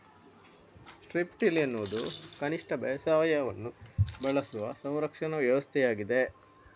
strip till ಎನ್ನುವುದು ಕನಿಷ್ಟ ಬೇಸಾಯವನ್ನು ಬಳಸುವ ಸಂರಕ್ಷಣಾ ವ್ಯವಸ್ಥೆಯಾಗಿದೆ